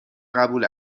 قبول